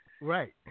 Right